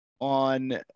on